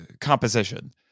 composition